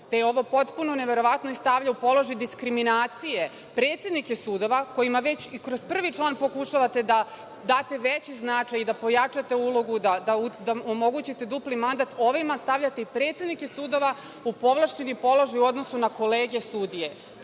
je ovo potpuno neverovatno i stavlja u položaj diskriminaciju predsednike sudova kojim već kroz prvi član pokušavate da date veći značaj i da pojačate ulogu i da omogućite dupli mandat, a ovim stavljate i predsednike sudova u povlašćeni položaj u odnosu na kolege sudije,